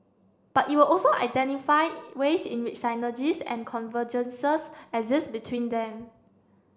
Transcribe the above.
but it will also identify ways in synergies and convergences exist between them